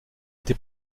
été